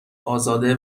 آزاده